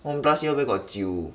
one plus year where got 旧